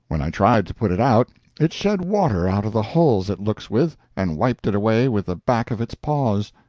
when i tried to put it out it shed water out of the holes it looks with, and wiped it away with the back of its paws,